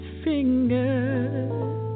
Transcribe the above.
fingers